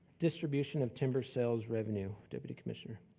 distribution of timber sales revenue. deputy commissioner.